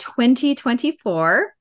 2024